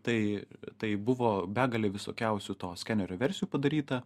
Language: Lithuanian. tai tai buvo begalė visokiausių to skenerio versijų padaryta